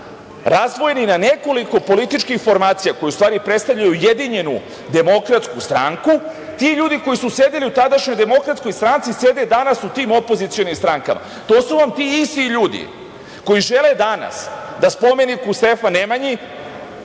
razdvojeni na nekoliko političkih formacija, koji u stvari predstavljaju ujedinjenu DS. Ti ljudi koji su sedeli u tadašnjoj DS sede danas u tim opozicionim strankama. To su vam ti isti ljudi koji žele danas da spomenik Stefanu Nemanji